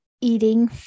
eating